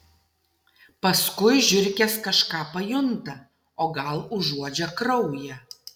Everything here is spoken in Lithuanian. paskui žiurkės kažką pajunta o gal užuodžia kraują